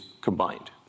combined